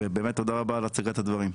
ובאמת תודה רבה על הצגת הדברים.